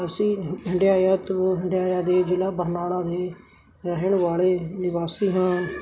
ਅਸੀਂ ਹਢਿਆਇਆ ਤੋਂ ਹਢਿਆਇਆ ਜ਼ਿਲ੍ਹਾ ਬਰਨਾਲਾ ਦੇ ਰਹਿਣ ਵਾਲੇ ਨਿਵਾਸੀ ਹਾਂ